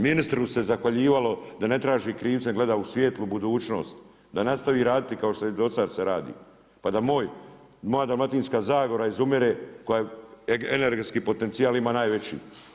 Ministru se zahvaljivalo da na traži krivce, gleda u svijetlu budućnost, da nastavi raditi kao što i do sad se radi, pa da moja Dalmatinska zagora izumire koja energetski potencijal ima najveći.